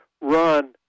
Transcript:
run